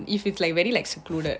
if it's like very like secluded